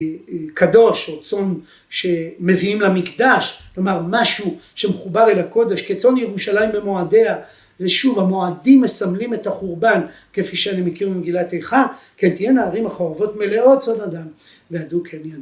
קדוש או צאן שמביאים למקדש, כלומר משהו שמחובר אל הקודש, כצאן ירושלים במועדיה ושוב המועדים מסמלים את החורבן כפי שאני מכיר ממגילת איכה, כן תהיה נערים החורבות מלאות צאן אדם ועדו כן ידעי.